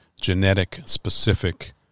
genetic-specific